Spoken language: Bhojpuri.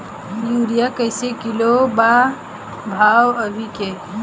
यूरिया कइसे किलो बा भाव अभी के?